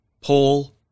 Paul